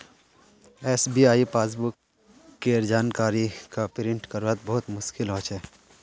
SBI passbook केर जानकारी क प्रिंट करवात बहुत मुस्कील हो छे